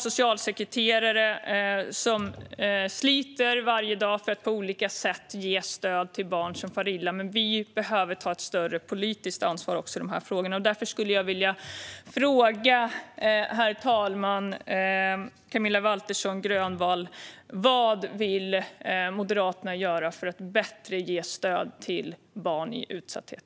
Socialsekreterare sliter varje dag för att på olika sätt ge stöd till barn som far illa, men vi behöver ta ett större politiskt ansvar i dessa frågor. Herr talman! Låt mig därför fråga Camilla Waltersson Grönvall: Vad vill Moderaterna göra för att ge bättre stöd till barn i utsatthet?